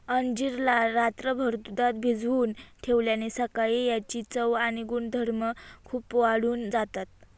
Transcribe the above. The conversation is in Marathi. अंजीर ला रात्रभर दुधात भिजवून ठेवल्याने सकाळी याची चव आणि गुणधर्म खूप वाढून जातात